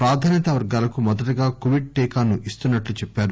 ప్రాధాన్య వర్గాలకు మొదటగా కొవిడ్ టీకాను ఇస్తున్నట్లు చెప్పారు